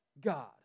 God